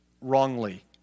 wrongly